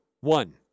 one